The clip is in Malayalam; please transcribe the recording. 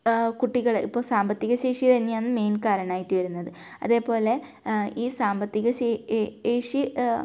കുട്ടികൾ ഇപ്പം സാമ്പത്തിക ശേഷി തന്നെയാണ് മെയിൻ കാരണമായിട്ട് വരുന്നത് അതേപോലെ ഈ സാമ്പത്തിക ശേ ശേഷി